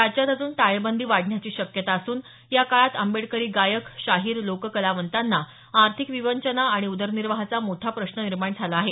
राज्यात अजून टाळेबंदी वाढण्याची शक्यता असून या काळात आबेडकरी गायक शाहीर लोककलावतांना आर्थिक विवंचना आणि उदरनिर्वाहाचा मोठा प्रश्न निर्माण झाला आहे